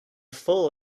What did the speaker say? full